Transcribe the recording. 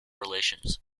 relations